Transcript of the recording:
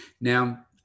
Now